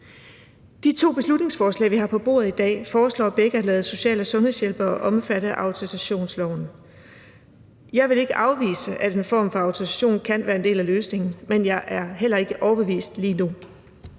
De to beslutningsforslag, vi har på bordet i dag, foreslår begge at lade social- og sundhedshjælpere omfatte af autorisationsloven. Jeg vil ikke afvise, at en form for autorisation kan være en del af løsningen, men jeg er heller ikke overbevist lige nu.